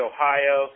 Ohio